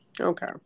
okay